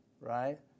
right